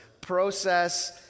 process